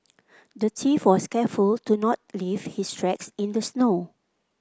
the thief was careful to not leave his tracks in the snow